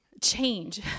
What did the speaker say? change